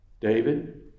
David